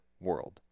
world